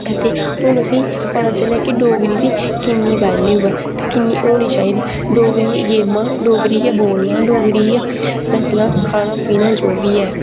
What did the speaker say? अते हून असें ई पता चलेआ की डोगरी दी किन्नी वैल्यू ऐ ते किन्नी होनी चाहिदी डोगरी गेमां डोगरी च गै बोलना डोगरी च गै नच्चना खाना पीना जो बी ऐ